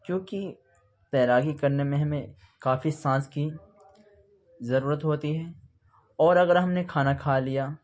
کیونکہ تیراکی کرنے میں ہمیں کافی سانس کی ضرورت ہوتی ہے اور اگر ہم نے کھانا کھا لیا